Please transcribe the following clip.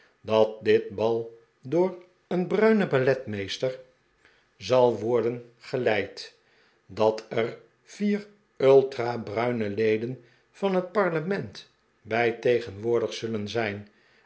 dat dit bal door een bruinen balletmeester zal worden geleid dat er vier ultra bruine leden van het parlement bij tegenwoordig zullen zijn